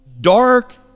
dark